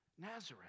Nazareth